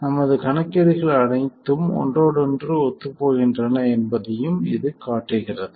நமது கணக்கீடுகள் அனைத்தும் ஒன்றோடொன்று ஒத்துப்போகின்றன என்பதையும் இது காட்டுகிறது